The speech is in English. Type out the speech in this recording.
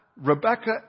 Rebecca